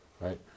right